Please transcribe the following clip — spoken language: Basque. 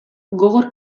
gogor